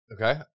Okay